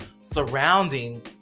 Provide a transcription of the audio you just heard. surrounding